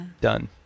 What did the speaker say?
Done